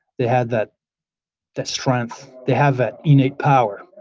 they have that that strength. they have that innate power.